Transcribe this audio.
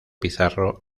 pizarro